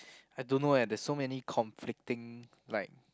I don't know eh there's so many conflicting like